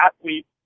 athlete